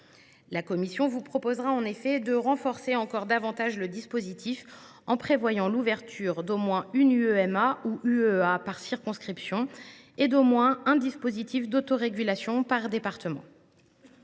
La commission vous proposera de renforcer encore davantage le dispositif, en prévoyant l’ouverture d’au moins une UEMA ou UEEA par circonscription et d’au moins un dispositif d’autorégulation par département.